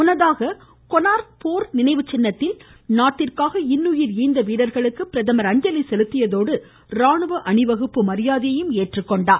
முன்னதாக கொனார்க் போர் நினைவுச்சின்னத்தில் நாட்டிற்காக இன்னுயிர் ஈந்த வீரர்களுக்கு பிரதமர் அஞ்சலி செலுத்தியதோடு ராணுவ அணிவகுப்பு மரியாதையையும் ஏற்றுக்கொண்டார்